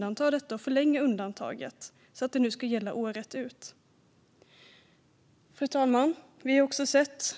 Tillfällig skatte och avgiftsfrihet för förmån av fri parkering och gåva till anställda Fru talman! Vi har också